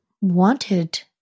wanted